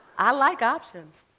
i like options.